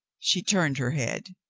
she turned her head.